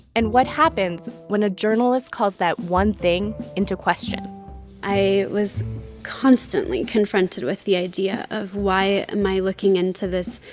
and what happens when a journalist calls that one thing into question i was constantly confronted with the idea of, of, why am i looking into this?